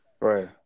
Right